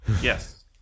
Yes